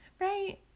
right